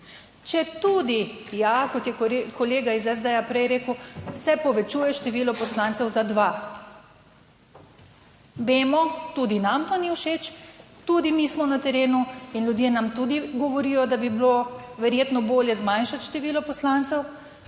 Četudi, ja, kot je kolega iz SD prej rekel, se povečuje število poslancev za dva. Vemo, tudi nam to ni všeč, tudi mi smo na terenu in ljudje nam tudi govorijo, da bi bilo verjetno bolje zmanjšati število poslancev,